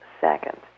second